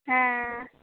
ᱦᱮᱸ